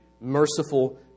merciful